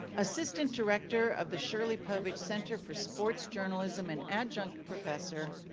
assistant director of the shirley povich center for sports journalism and adjunct professor,